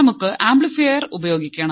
നമുക്ക് ആംപ്ലിഫയർ ഉപയോഗിക്കണം